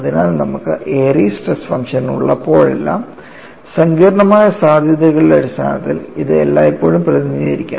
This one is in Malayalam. അതിനാൽ നമുക്ക് എയറിസ് സ്ട്രെസ് ഫംഗ്ഷൻ ഉള്ളപ്പോഴെല്ലാം സങ്കീർണ്ണമായ സാധ്യതകളുടെ അടിസ്ഥാനത്തിൽ ഇത് എല്ലായ്പ്പോഴും പ്രതിനിധീകരിക്കാം